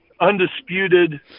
undisputed